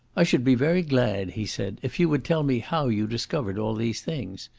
i should be very glad, he said, if you would tell me how you discovered all these things.